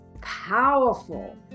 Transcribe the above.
powerful